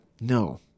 no